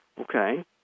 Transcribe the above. Okay